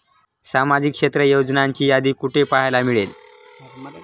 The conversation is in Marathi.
सामाजिक क्षेत्र योजनांची यादी कुठे पाहायला मिळेल?